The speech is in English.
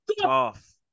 Tough